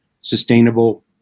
sustainable